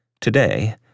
Today